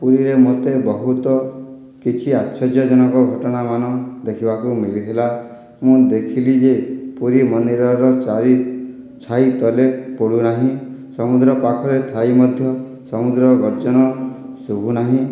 ପୁରୀରେ ମୋତେ ବହୁତ କିଛି ଆଶ୍ଚର୍ଯ୍ୟଜନକ ଘଟଣାମାନ ଦେଖିବାକୁ ମିଳିଥିଲା ମୁଁ ଦେଖିଲି ଯେ ପୁରୀ ମନ୍ଦିରର ଚାରି ଛାଇ ତଲେ ପଡ଼ୁନାହିଁ ସମୁଦ୍ର ପାଖରେ ଥାଇ ମଧ୍ୟ ସମୁଦ୍ରର ଗର୍ଜନ ଶୁଭୁନାହିଁ